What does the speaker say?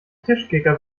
tischkicker